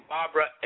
Barbara